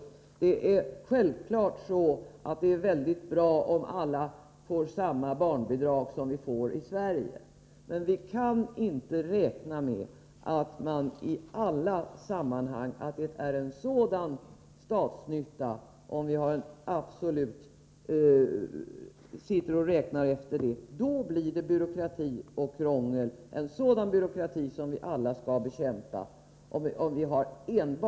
Det är självfallet bra om alla får samma barnbidrag, såsom fallet är i Sverige. Men om vi enbart har denna likhet som rättesnöre i alla sammanhang, då blir det byråkrati och krångel, en byråkrati som vi alla bör bekämpa.